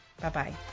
Bye-bye